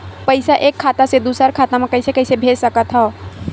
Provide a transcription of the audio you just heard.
पईसा एक खाता से दुसर खाता मा कइसे कैसे भेज सकथव?